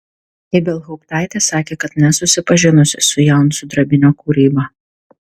ibelhauptaitė sakė kad nesusipažinusi su jaunsudrabinio kūryba